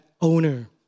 owner